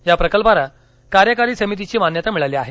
या प्रकल्पाला कार्यकारी समितीची मान्यता मिळाली आहे